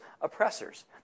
oppressors